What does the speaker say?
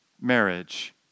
marriage